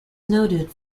noted